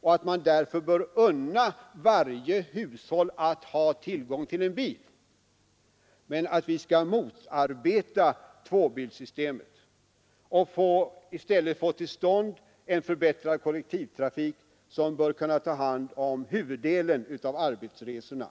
och att man därför bör unna varje hushåll att ha tillgång till en bil, men att vi skall motarbeta tvåbilssystemet. I stället bör vi få till stånd en förbättrad kollektiv trafik, som bör kunna ta hand om huvuddelen av arbetsresorna.